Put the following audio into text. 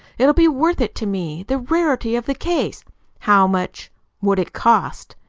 it'll be worth it to me the rarity of the case how much would it cost?